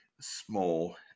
small